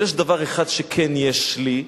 אבל יש דבר אחד שכן יש לי,